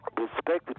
respected